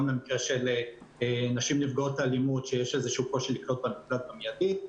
גם למקרים של נשים נפגעות אלימות שיש קושי לקלוט במקלט המידי,